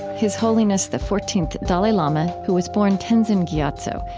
his holiness the fourteenth dalai lama, who was born tenzin gyatso,